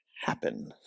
happen